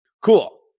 Cool